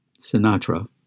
Sinatra